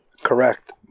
Correct